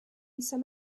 some